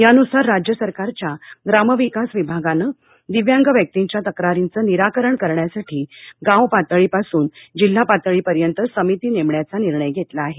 यानुसार राज्य सरकारच्या ग्राम विकास विभागानं दिव्यांग व्यक्तींच्या तक्रारींचं निराकरण करण्यासाठी गाव पातळीपासून जिल्हा पातळीपर्यंत समिती नेमण्याचा निर्णय घेतला आहे